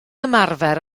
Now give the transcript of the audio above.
ymarfer